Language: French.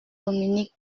dominique